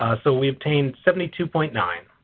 so we obtain seventy two point nine.